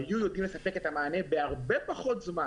היו יודעים לספק את המענה בהרבה פחות זמן.